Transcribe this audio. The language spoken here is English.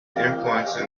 influence